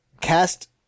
cast